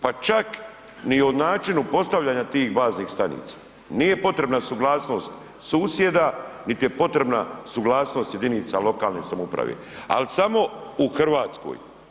Pa čak ni o načinu postavljanja tih baznih stanica, nije potrebna suglasnost susjeda, nit je potrebna suglasnost jedinica lokalne samouprave, al samo u Hrvatskoj.